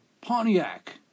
Pontiac